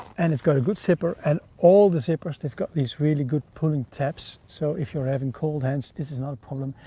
and it's got a good zipper and all the zippers, they've got these really good pulling tabs, so if you're having cold hands this is not a problem,